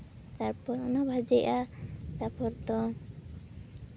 ᱛᱟᱨᱯᱚᱨ ᱚᱱᱟ ᱵᱷᱟᱹᱡᱤᱜᱼᱟ ᱛᱟᱨᱯᱚᱨ ᱫᱚ